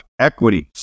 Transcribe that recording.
Equities